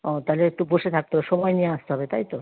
ও তাহলে একটু বসে থাকতে হবে সময় নিয়ে আসতে হবে তাই তো